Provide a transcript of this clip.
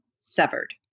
severed